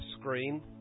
screen